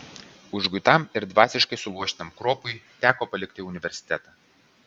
užguitam ir dvasiškai suluošintam kruopui teko palikti universitetą